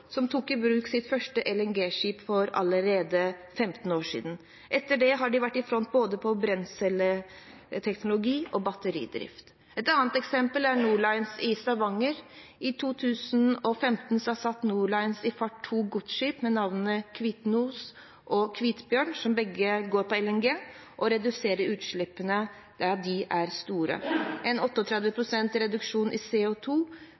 bruk sitt første LNG-skip allerede for 15 år siden. Etter det har de vært i front både på brenselteknologi og batteridrift. Et annet eksempel er Nor Lines i Stavanger. I 2015 satte Nor Lines i fart to godsskip med navnene «Kvitnos» og «Kvitbjørn», som begge går på LNG. Reduksjonen i utslippene er store: 38 pst. CO2-reduksjon, 90 pst. NOx-reduksjon og 100 pst. SOx-reduksjon. Dette er